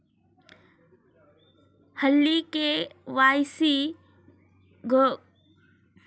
हल्ली के.वाय.सी घरून व्हिडिओ कॉलवर सुद्धा अपडेट करता येते